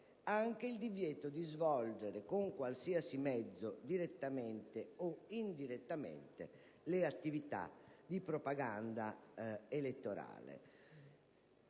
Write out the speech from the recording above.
del divieto di svolgere, con qualsiasi mezzo, direttamente o indirettamente, le attività di propaganda elettorale,